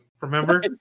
remember